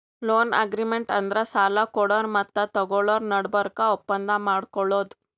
loan agreement ಅಂದ್ರ ಸಾಲ ಕೊಡೋರು ಮತ್ತ್ ತಗೋಳೋರ್ ನಡಬರ್ಕ್ ಒಪ್ಪಂದ್ ಮಾಡ್ಕೊಳದು